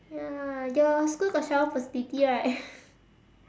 ya your school got shower facility right